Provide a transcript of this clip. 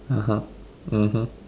(uh huh) mmhmm